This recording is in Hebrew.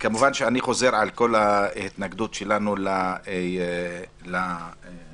אני חוזר על ההתנגדות שלנו להצעה הכוללת.